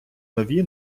нові